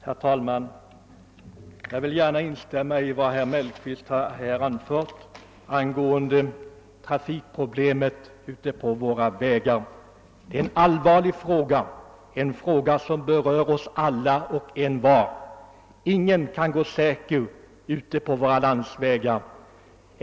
Herr talman! Jag vill instämma i vad herr Mellqvist anfört angående trafik problemen ute på våra vägar. Det är en allvarlig fråga, en fråga som berör alla och envar. Ingen kan gå säker ute på våra landsvägar.